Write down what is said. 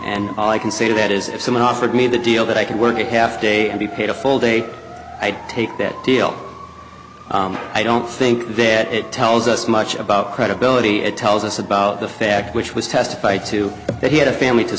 and all i can say to that is if someone offered me the deal that i could work a half day and be paid a full day i'd take that deal i don't think that it tells us much about credibility it tells us about the fact which was testified to that he had a family to